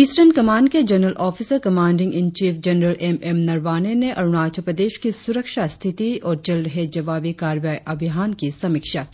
eastern command के general officer commanding in chief general M M Naravane ने अरुणाचल प्रदेश की सुरक्षा स्थिति और चल रहे जवाबी कार्रवाई अभियान की समीक्षा की